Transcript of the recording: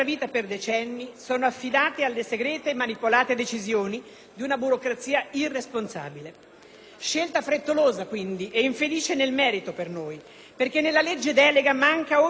Scelta frettolosa, quindi, e infelice nel merito per noi, perché nella legge delega manca ogni riferimento vero alla solidarietà, che deve essere la premessa irrinunciabile di qualsiasi riforma costituzionale.